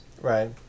Right